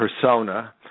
persona